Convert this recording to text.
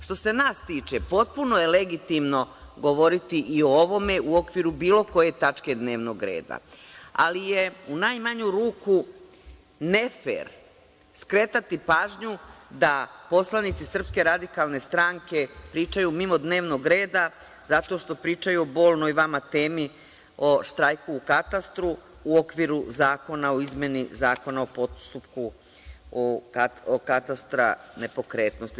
Što se nas tiče, potpuno je legitimno govoriti i o ovome u okviru bilo koje tačke dnevnog reda, ali je u najmanju ruku nefer skretati pažnju da poslanici SRS pričaju mimo dnevnog reda zato što pričaju o vama bolnoj temi o štrajku u katastru u okviru Zakona o izmeni Zakona o postupku katastra nepokretnosti.